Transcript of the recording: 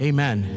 Amen